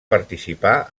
participar